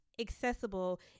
accessible